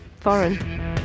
foreign